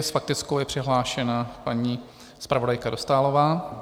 S faktickou je přihlášena paní zpravodajka Dostálová.